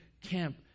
camp